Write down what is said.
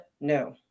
no